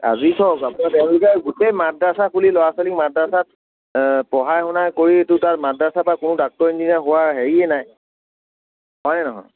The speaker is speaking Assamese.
আজি চাওক আপুনি তেওঁলোকে গোটেই মাদ্ৰাছা খুলি ল'ৰা ছোৱালীক মাদ্ৰাছাত পঢ়া শুনা কৰি মাদ্ৰাছাৰ পৰা কোনো ডক্টৰ ইঞ্জিনিয়াৰ হোৱাৰ হেৰিয়ে নাই হয়নে নহয়